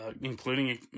including